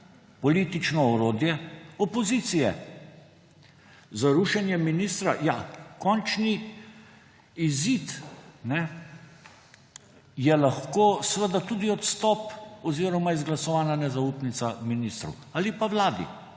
politično orodje opozicije za rušenje ministra. Ja končni izid je lahko seveda tudi odstop oziroma izglasovana nezaupnica ministru ali pa vladi.